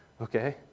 Okay